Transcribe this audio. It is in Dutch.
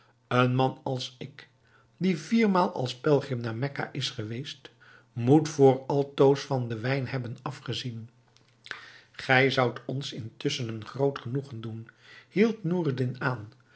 een man als ik die viermaal als pelgrim naar mekka is geweest moet voor altoos van den wijn hebben afgezien gij zoudt ons intusschen een groot genoegen doen hield noureddin aan